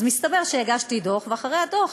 אז מסתבר שהגשתי דוח,